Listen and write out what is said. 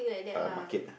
uh market ah